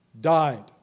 died